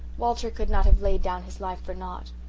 walter could not have laid down his life for naught.